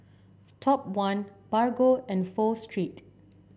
Top One Bargo and Pho Street